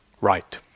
right